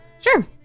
Sure